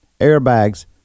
airbags